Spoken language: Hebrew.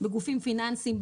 בגופים פיננסיים,